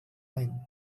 lain